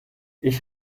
ich